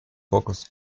focus